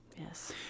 yes